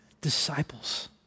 disciples